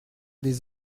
des